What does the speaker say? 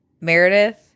Meredith –